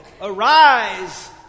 Arise